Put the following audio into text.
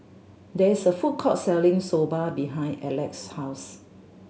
there is a food court selling Soba behind Alec's house